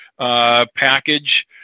package